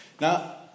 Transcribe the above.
Now